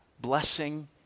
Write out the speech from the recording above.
blessing